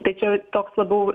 tai čia toks labiau